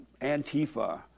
Antifa